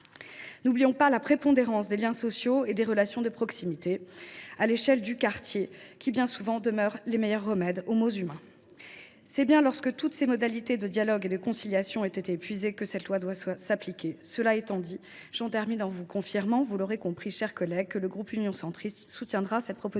n’oublions pas la prépondérance des liens sociaux et des relations de proximité à l’échelle du quartier : bien souvent, ils demeurent les meilleurs remèdes aux maux humains. C’est bien lorsque toutes les modalités de dialogue et de conciliation ont été épuisées que cette loi doit s’appliquer. Mes chers collègues, je vous confirme, car vous l’aurez compris, que le groupe Union Centriste votera cette proposition